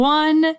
one